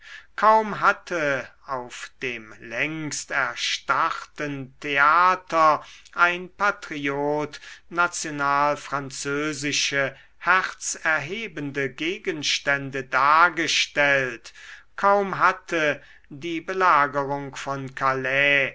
kaum hatte auf dem längst erstarrten theater ein patriot nationalfranzösische herzerhebende gegenstände dargestellt kaum hatte die belagerung von calais